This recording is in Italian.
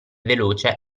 veloce